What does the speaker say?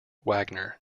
wagner